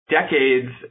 decades